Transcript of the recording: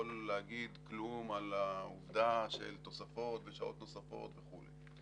להגיד כלום על העובדה של תוספות ושעות נוספות וכולי,